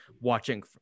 watching